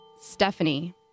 Stephanie